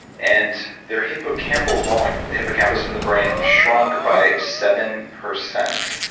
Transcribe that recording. and their hippocampal volume, the hippocampus in the brain shrunk by seven percent,